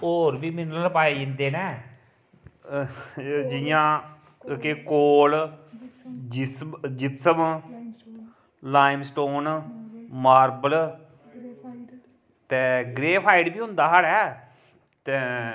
होर बी मिनरल पाए जंदे न जि'यां कि कोल जिप्सम लाइमस्टोन मार्बल ते ग्रेफाइट बी होंदा साढ़े ते